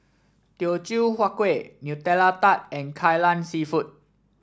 Teochew Huat Kueh Nutella Tart And Kai Lan seafood